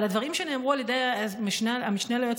אבל הדברים שנאמרו על ידי המשנה ליועץ